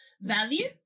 value